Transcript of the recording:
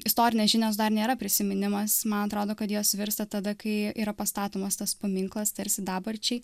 istorinės žinios dar nėra prisiminimas man atrodo kad jos virsta tada kai yra pastatomas tas paminklas tarsi dabarčiai